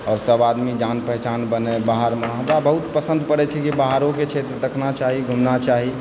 आओर सभ आदमी जान पहचान बनय बाहरमे हमरा बहुत पसन्द पड़ै छै कि बाहरोके क्षेत्र देखना चाही घूमना चाही